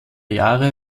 jahre